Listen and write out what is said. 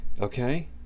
okay